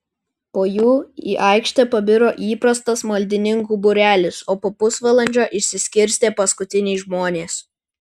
po jų į aikštę pabiro įprastas maldininkų būrelis o po pusvalandžio išsiskirstė paskutiniai žmonės